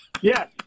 Yes